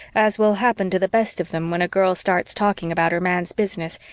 as will happen to the best of them when a girl starts talking about her man's business,